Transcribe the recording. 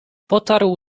potarł